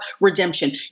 redemption